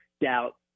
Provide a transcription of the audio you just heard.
doubt